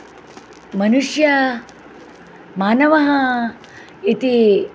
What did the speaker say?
मनुष्याः मानवः इति